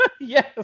Yes